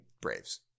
Braves